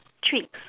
treat